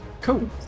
Cool